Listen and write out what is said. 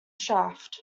shaft